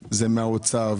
אנשי האוצר,